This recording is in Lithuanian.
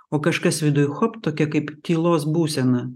o kažkas viduj chop tokia kaip tylos būsena